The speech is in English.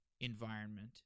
environment